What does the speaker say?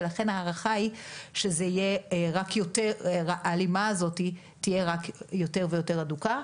ולכן הערכה היא שההלימה הזו תהיה יותר ויותר הדוקה,